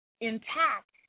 intact